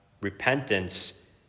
repentance